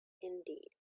indeed